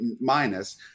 minus